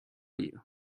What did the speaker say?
you